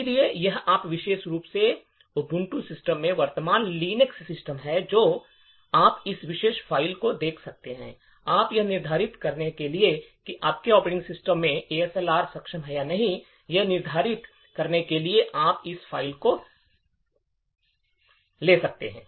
इसलिए यदि आप विशेष रूप से उबंटू सिस्टम में वर्तमान लिनक्स सिस्टम हैं तो आप इस विशेष फ़ाइल को देख सकते हैं आप यह निर्धारित करने के लिए कि आपके ऑपरेटिंग सिस्टम में एएसएलआर सक्षम है या नहीं यह निर्धारित करने के लिए आप इस फाइल को खरीद सकते हैं